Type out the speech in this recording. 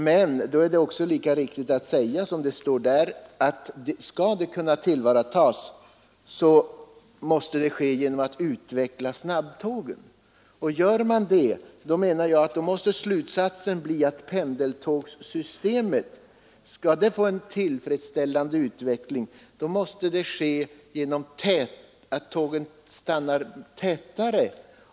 Men lika riktigt är det att säga, som det också står i motionen, att snabbtågen måste utvecklas. Men om pendeltågssystemet skall få en tillfredsställande utveckling måste tågen stanna tätare.